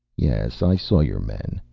yes. i saw your men.